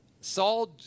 Saul